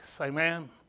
Amen